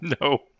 No